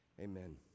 Amen